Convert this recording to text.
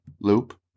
Loop